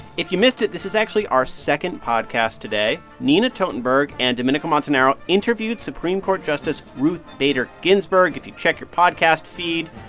if you missed it, this is actually our second podcast today. nina totenberg and domenico montanaro interviewed supreme court justice ruth bader ginsburg. if you check your podcast feed,